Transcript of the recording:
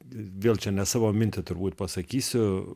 vėl čia ne savo mintį turbūt pasakysiu